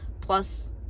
plus